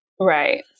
Right